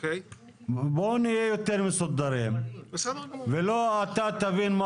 בואו נהיה יותר מסודרים ולא אתה תבין מה